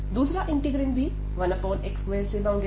दूसरा इंटीग्रैंड भी 1x2 से बाउंडेड है